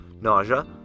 nausea